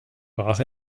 brach